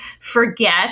Forget